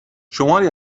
شماری